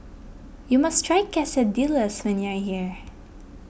you must try Quesadillas when you are here